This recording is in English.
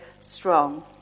strong